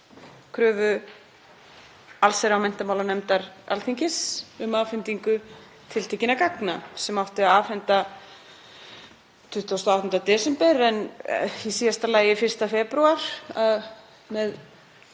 kröfu allsherjar- og menntamálanefndar Alþingis um afhendingu tiltekinna gagna sem átti að afhenda 28. desember en í síðasta lagi 1. febrúar af